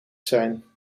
zijn